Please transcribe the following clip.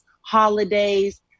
holidays